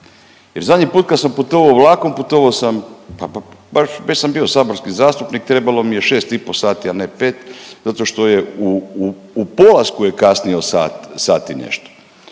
Jer zadnji put kad sam putovao vlakom putovao sam pa baš, već sam bio saborski zastupnik, trebalo mi je 6 i pol sati, a ne 5 zato što je u polasku je kasnio sat i nešto.